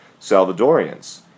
Salvadorians